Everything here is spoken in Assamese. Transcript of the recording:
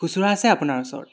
খুচুৰা আছে আপোনাৰ ওচৰত